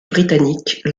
britanniques